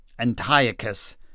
Antiochus